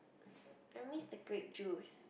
I miss the grape juice